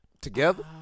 Together